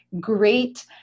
great